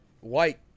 white